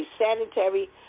sanitary